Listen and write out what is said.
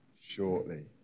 shortly